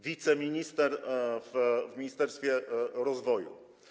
Wiceminister w ministerstwie rozwoju.